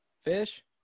fish